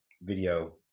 video